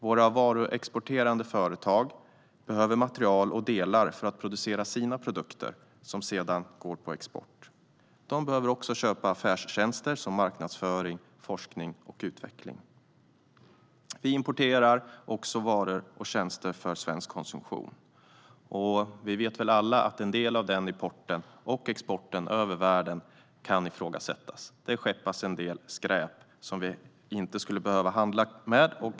Våra varuexporterande företag behöver material och delar för att producera sina produkter som sedan går på export. De behöver också köpa affärstjänster som marknadsföring, forskning och utveckling. Vi importerar också varor och tjänster för svensk konsumtion. Vi vet väl alla att en del av denna import - och export - över världen kan ifrågasättas. Det skeppas en del skräp som vi inte skulle behöva handla med.